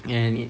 and it